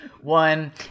one